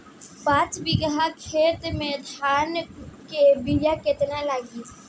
पाँच बिगहा खेत में धान के बिया केतना लागी?